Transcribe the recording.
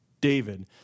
David